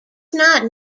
not